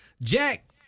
Jack